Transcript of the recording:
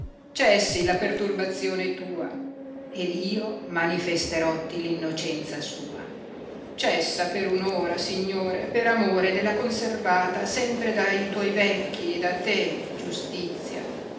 cessi la perturbazione tua ed io manifesterotti l'innocenza sua cessa per un'ora signore per amore della conservata sempre da tuoi vecchi e da te giustizia